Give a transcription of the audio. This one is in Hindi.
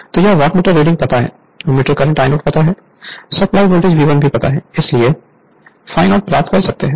तो यह वाटमीटर रीडिंग पता है एमीटर करंट I0 पता है सप्लाई वोल्टेज V1 भी पता है इसलिए∅0 प्राप्त कर सकते हैं